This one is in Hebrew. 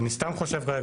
אני סתם חושב כרגע,